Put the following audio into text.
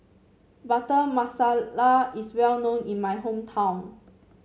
Butter Masala is well known in my hometown